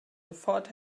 sofort